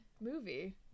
movie